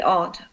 odd